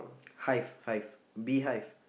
hive hive beehive